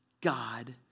God